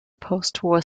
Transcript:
postwar